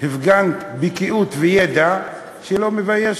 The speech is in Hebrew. הפגנת בקיאות וידע שלא מביישים